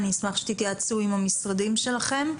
אני אשמח שתתייעצו עם המשרדים שלכם,